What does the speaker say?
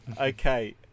Okay